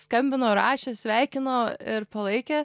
skambino rašė sveikino ir palaikė